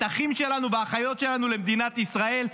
האחים שלנו והאחיות שלנו למדינת ישראל.